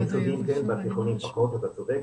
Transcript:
בייצוגיים כן, בתיכונים פחות, אתה צודק.